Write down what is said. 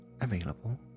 available